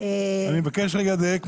דבי ביטון,